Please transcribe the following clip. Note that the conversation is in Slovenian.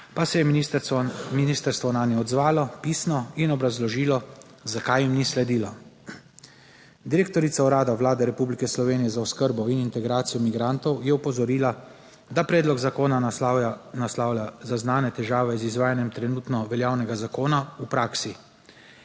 ministrstvo nanje odzvalo pisno in obrazložilo, zakaj jim ni sledilo. Direktorica urada vlade Republike Slovenije za oskrbo in integracijo migrantov je opozorila, da predlog zakona naslavlja zaznane težave z izvajanjem trenutno veljavnega zakona v praksi.